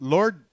Lord